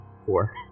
four